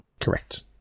Correct